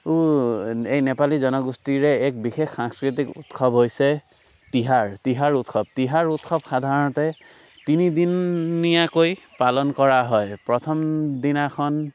এই নেপালী জনগোষ্ঠীৰে এক বিশেষ সাংস্কৃতিক উৎসৱ হৈছে তিহাৰ তিহাৰ উৎসৱ তিহাৰ উৎসৱ সাধাৰণতে তিনিদিনীয়াকৈ পালন কৰা হয় প্ৰথম দিনাখন